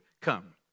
come